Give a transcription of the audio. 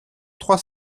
trois